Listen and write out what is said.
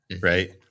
right